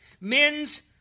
Men's